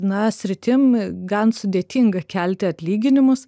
na sritim gan sudėtinga kelti atlyginimus